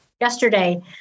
yesterday